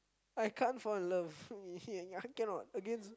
I can't fall in love uh I cannot against